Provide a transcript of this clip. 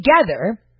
together